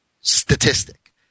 statistic